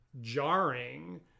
jarring